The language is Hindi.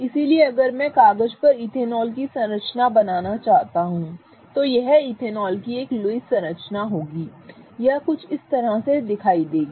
इसलिए अगर मैं कागज पर इथेनॉल की संरचना बनाना चाहता हूं तो यह इथेनॉल की एक लुईस संरचना होगी या यह कुछ इस तरह दिखाई देगी सही